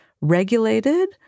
regulated